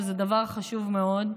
שזה דבר חשוב מאוד,